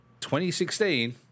2016